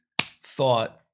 thought